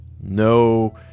No